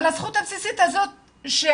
על הזכות הבסיסית הזאת שהממשלות